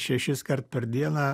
šešiskart per dieną